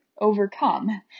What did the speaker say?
Overcome